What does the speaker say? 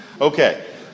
Okay